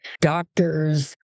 doctors